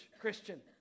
Christian